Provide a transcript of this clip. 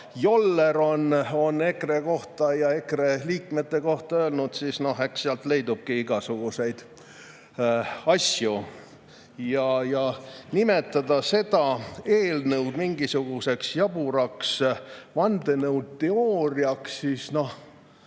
Joller on EKRE kohta ja EKRE liikmete kohta öelnud, siis eks sealgi leidub igasuguseid asju. Ja nimetada seda eelnõu mingisuguseks jaburaks vandenõuteooriaks – noh,